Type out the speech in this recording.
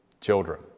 children